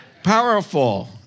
Powerful